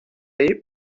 parlé